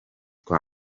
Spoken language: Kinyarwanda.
kwa